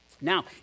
Now